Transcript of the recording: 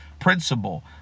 principle